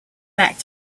back